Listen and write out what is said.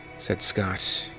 said scott.